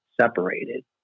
separated